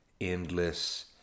endless